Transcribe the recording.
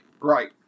right